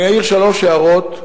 אני אעיר שלוש הערות,